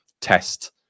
test